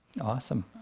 Awesome